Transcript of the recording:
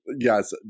Yes